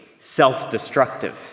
self-destructive